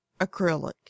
acrylic